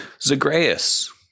Zagreus